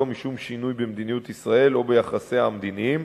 משום שינוי במדיניות ישראל או ביחסיה המדיניים,